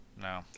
No